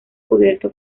cubierto